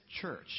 church